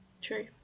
true